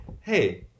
hey